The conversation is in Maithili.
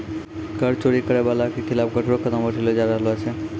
कर चोरी करै बाला के खिलाफ कठोर कदम उठैलो जाय रहलो छै